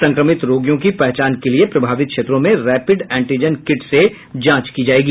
संक्रमित रोगियों की पहचान के लिए प्रभावित क्षेत्रों में रैपिड एंटीजन कीट से जांच की जाएगी